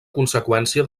conseqüència